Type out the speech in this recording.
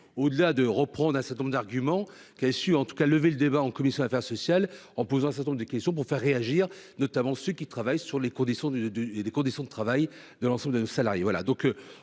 au-delà de reprendre un certain nombre d'arguments qui avait su en tout cas levé le débat en commission Affaires sociales en pose un certain nombre de questions pour faire réagir, notamment ceux qui travaillent sur les conditions du de du et des conditions